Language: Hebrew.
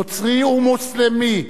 נוצרי או מוסלמי,